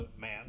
Man